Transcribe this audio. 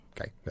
Okay